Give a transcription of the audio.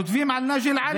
כותבים על נאג'י אל-עלי,